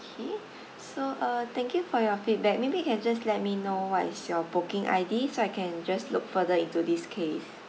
okay so uh thank you for your feedback maybe you can just let me know what is your booking I_D so I can just look further into this case